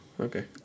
okay